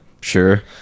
Sure